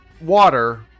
water